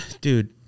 Dude